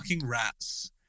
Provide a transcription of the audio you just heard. rats